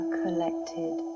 collected